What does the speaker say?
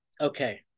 Okay